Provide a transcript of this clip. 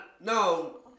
No